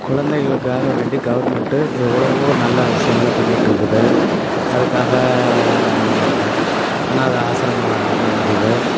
குழந்தைகளுக்காக வேண்டி கவர்மெண்ட்டு எவ்வளவோ நல்ல விஷயங்கள பண்ணிக்கிட்டுருக்குது அதுக்காக அனாதை ஆசிரமங்கள அங்கேங்க அமைக்குது